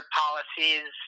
policies